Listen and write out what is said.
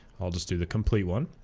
i'll just do the complete one